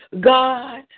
God